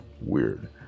weird